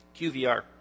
QVR